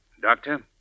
Doctor